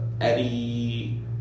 Eddie